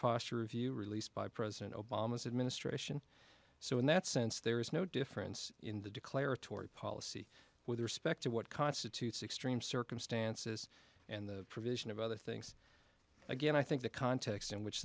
posture review released by president obama's administration so in that sense there is no difference in the declaratory policy with respect to what constitutes extreme circumstances and the provision of other things again i think the context in which